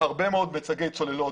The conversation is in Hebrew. מיצגי הצוללות,